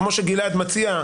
כמו שגלעד מציע,